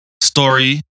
story